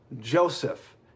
Joseph